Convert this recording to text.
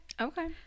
okay